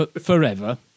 forever